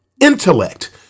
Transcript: Intellect